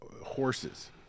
horses